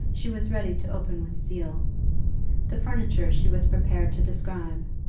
she was ready to open with zeal the furniture she was prepared to describe,